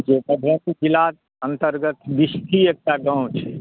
से मधुबनी जिलाक अंतर्गत बिस्फी एकटा गाँव छै